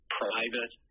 private